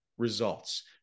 results